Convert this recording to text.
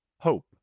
Hope